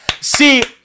See